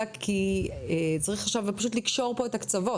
כי צריך עכשיו פשוט לקשור פה את הקצוות.